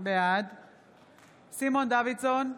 בעד סימון דוידסון,